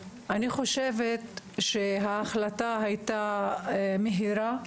אני חושבת שההחלטה הייתה מהירה,